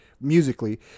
musically